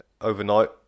Overnight